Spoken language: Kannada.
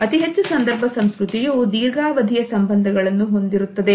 ಅತಿ ಹೆಚ್ಚು ಸಂದರ್ಭ ಸಂಸ್ಕೃತಿಯು ದೀರ್ಘಾವಧಿಯ ಸಂಬಂಧಗಳನ್ನು ಹೊಂದಿರುತ್ತದೆ